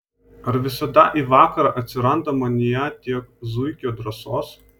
ar visada į vakarą atsiranda manyje tiek zuikio drąsos